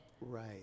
Right